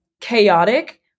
chaotic